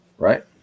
Right